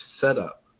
setup